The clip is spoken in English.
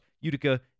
Utica